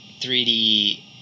3d